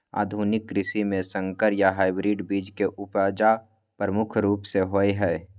आधुनिक कृषि में संकर या हाइब्रिड बीज के उपजा प्रमुख रूप से होय हय